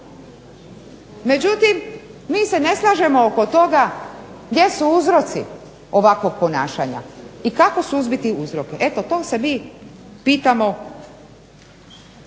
Međutim, mi se ne slažemo oko toga gdje su uzroci ovakvog ponašanja i kako suzbiti uzroke. Eto to se mi pitamo,